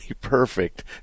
perfect